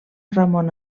ramon